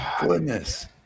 goodness